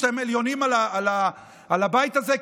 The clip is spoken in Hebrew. שאתם עליונים על הבית הזה,